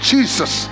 Jesus